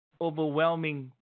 overwhelming